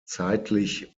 zeitlich